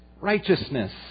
righteousness